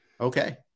okay